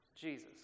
Jesus